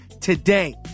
today